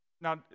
Now